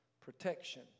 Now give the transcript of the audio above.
protection